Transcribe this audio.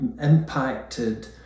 impacted